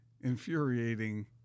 Infuriating